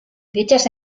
dichas